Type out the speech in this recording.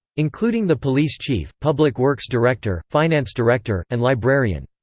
including the police chief, public works director, finance director, and librarian.